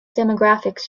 demographics